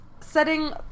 Setting